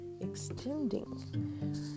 extending